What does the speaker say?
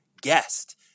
guest